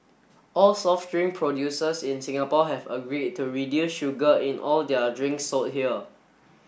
all soft drink producers in Singapore have agreed to reduce sugar in all their drink sold here